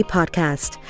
Podcast